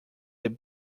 that